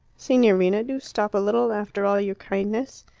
signorina, do stop a little after all your kindness.